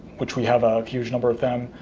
which we have a huge number of them.